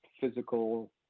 physical